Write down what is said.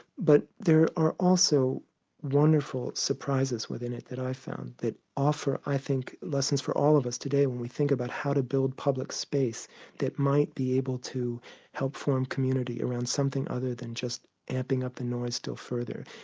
but there are also wonderful surprises within it that i found that offer i think lessons for all of us today when we think of how to build public space that might be able to help form community around something other than just amping up the noise still further.